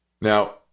Now